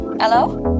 Hello